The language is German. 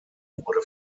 wurde